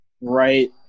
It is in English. Right